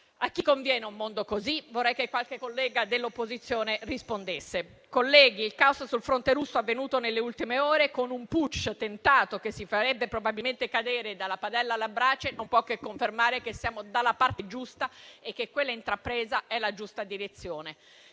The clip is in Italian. A chi conviene un mondo così? Vorrei che qualche collega dell'opposizione rispondesse. Colleghi, il caos sul fronte russo cui abbiamo assistito nelle ultime ore, con un tentato *putsch* che ci farebbe probabilmente cadere dalla padella alla brace, non può che confermare che stiamo dalla parte giusta e che quella intrapresa è la giusta direzione.